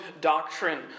doctrine